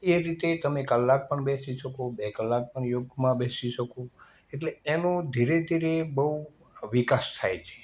એ રીતે તમે કલાક પણ બેસી શકો બે કલાક પણ યોગમાં બેસી શકો એટલે એનો ધીરે ધીરે બહું વિકાસ થાય છે